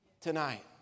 tonight